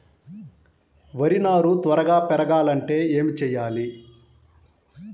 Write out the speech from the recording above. వరి నారు త్వరగా పెరగాలంటే ఏమి చెయ్యాలి?